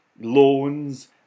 Loans